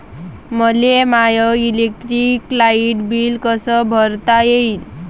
मले my electric light bill कस भरता येईल?